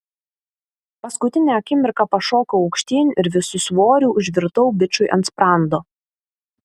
paskutinę akimirką pašokau aukštyn ir visu svoriu užvirtau bičui ant sprando